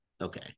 Okay